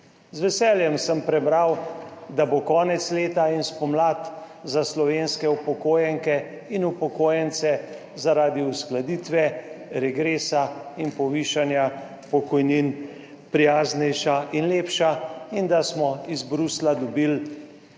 Z veseljem sem prebral, da bo konec leta in spomlad za slovenske upokojenke in upokojence zaradi uskladitve regresa in povišanja pokojnin prijaznejša in lepša. In da smo iz Bruslja dobili